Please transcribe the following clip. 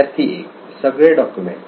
विद्यार्थी 1 सगळे डॉक्युमेंट